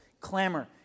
Clamor